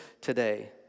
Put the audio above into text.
today